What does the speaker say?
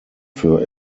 für